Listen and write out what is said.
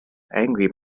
angry